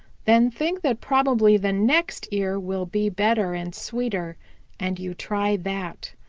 then think that probably the next ear will be better and sweeter and you try that.